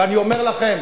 ואני אומר לכם,